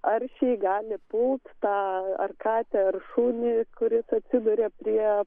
aršiai gali pult tą ar katę ar šunį kuris atsiduria prie